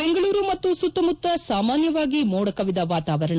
ಬೆಂಗಳೂರು ಮತ್ತು ಸುತ್ತಮುತ್ತ ಸಾಮಾನ್ದವಾಗಿ ಮೋಡ ಕವಿದ ವಾತಾವರಣ